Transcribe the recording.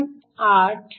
8 2